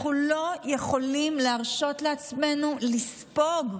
אנחנו לא יכולים להרשות לעצמנו לספוג,